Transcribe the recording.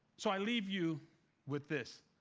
so i leave you with this,